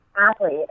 athlete